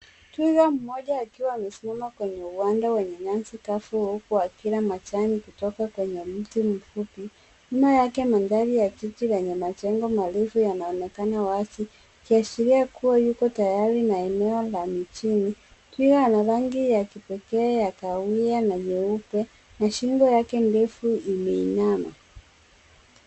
Twiga mmoja akiwa amesimama kwenye uwanja wenye nyasi kavu huku akila majani kwenye miti mifupi. Nyuma yake mandhari ya jiji lenye majengo marefu yanaonekana wazi yakiashiria kuwa yuko tayari na eneo la mijini. Twiga ana rangi ya kipekee ya kahawia na nyeupe na shingo yake ndefu imeinama.